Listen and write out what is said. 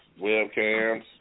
webcams